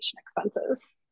expenses